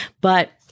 But-